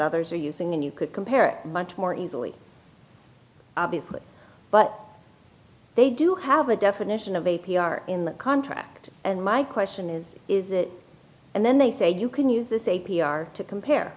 others are using and you could compare much more easily obviously but they do have a definition of a p r in the contract and my question is is it and then they say you can use this a p r to compare